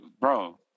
bro